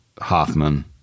Hoffman